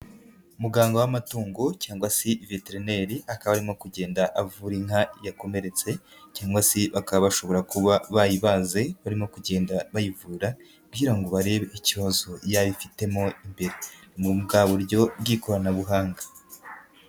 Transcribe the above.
Muganga w'amatungo cyangwa se veterineri akaba arimo kugenda avura inka yakomeretse, cyangwa se bakaba bashobora kuba bayibaze barimo kugenda bayivura, kugira ngo barebe ikibazo yaba ifitemo imbere. Muri bwa buryo bw'ikoranabuhanga.